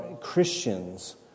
Christians